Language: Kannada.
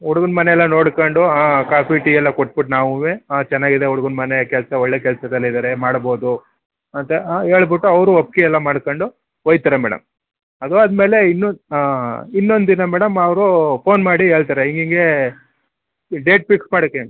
ಹುಡ್ಗನ ಮನೆ ಎಲ್ಲ ನೋಡ್ಕೊಂಡು ಕಾಫಿ ಟೀ ಎಲ್ಲ ಕೊಟ್ಬಿಟ್ ನಾವು ಹಾಂ ಚೆನ್ನಾಗಿದೆ ಹುಡ್ಗನ ಮನೆ ಕೆಲಸ ಒಳ್ಳೆಯ ಕೆಲ್ಸದಲ್ಲಿ ಇದ್ದಾರೆ ಮಾಡ್ಬೌದು ಅಂತ ಹೇಳ್ಬಿಟ್ಟು ಅವರೂ ಒಪ್ಪಿಗೆ ಎಲ್ಲ ಮಾಡ್ಕೊಂಡು ಹೊಯ್ತಾರೆ ಮೇಡಮ್ ಅದೂ ಆದ ಮೇಲೆ ಇನ್ನೊನ್ ಇನ್ನೊಂದ್ ದಿನ ಮೇಡಮ್ ಅವ್ರು ಫೋನ್ ಮಾಡಿ ಹೇಳ್ತಾರೆ ಹಿಂಗೆ ಹೀಗೇ ಈ ಡೇಟ್ ಫಿಕ್ಸ್ ಮಾಡೋಕೆ